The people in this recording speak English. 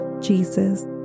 Jesus